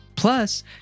Plus